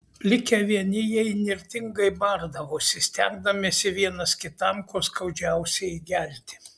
likę vieni jie įnirtingai bardavosi stengdamiesi vienas kitam kuo skaudžiausiai įgelti